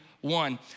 one